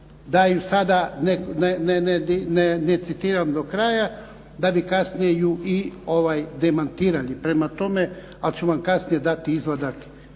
Da im sada ne citiram do kraja da bi kasnije i demantirali. Prema tome, ali ću vam kasnije dati izvadak